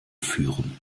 führen